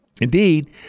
Indeed